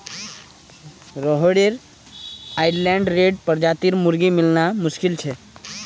Rhode Island Red प्रजातिर मुर्गी मिलना मुश्किल छ